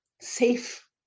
safe